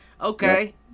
Okay